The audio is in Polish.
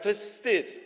To jest wstyd.